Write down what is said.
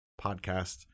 podcast